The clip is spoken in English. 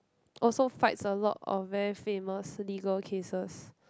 also fights a lot of very famous legal cases